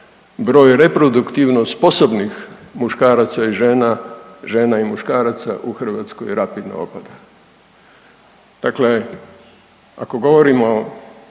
broj reproduktivno sposobnih muškaraca i žena, žena i muškaraca u Hrvatskoj rapidno opada. Dakle, ako govorimo